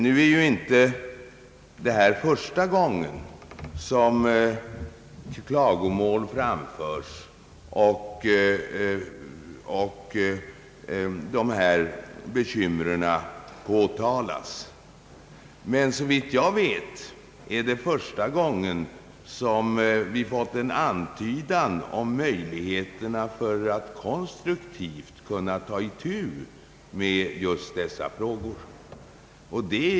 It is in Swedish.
Nu är det ju inte första gången som klagomål framförs och dessa bekymmer påtalas. Men såvitt jag vet är det första gången som vi fått en antydan om möjligheterna att konstruktivt ta itu med just dessa frågor.